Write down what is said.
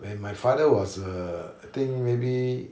when my father err I think maybe